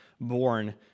born